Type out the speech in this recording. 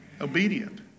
Obedient